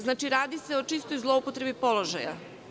Znači, radi se o čistoj zloupotrebi položaja.